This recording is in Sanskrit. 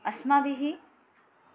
अस्माभिः